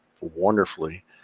wonderfully